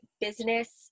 business